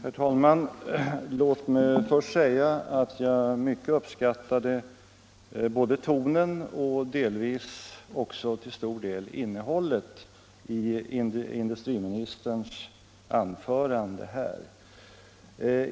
Herr talman! Låt mig först säga att jag mycket uppskattade både tonen och — till stor del — innehållet i industriministerns anförande.